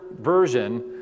version